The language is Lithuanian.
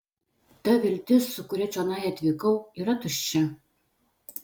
ta viltis su kuria čionai atvykau yra tuščia